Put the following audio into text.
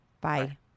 Bye